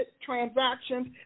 transactions